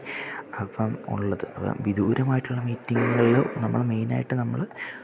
അപ്പം ഉള്ളത് വിദൂരമായിട്ടുള്ള മീറ്റിംഗുകളില് നമ്മള് മെയിനായിട്ട് നമ്മള്